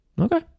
Okay